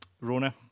Rona